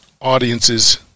audiences